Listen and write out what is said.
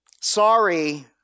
Sorry